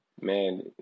Man